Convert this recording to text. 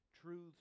truths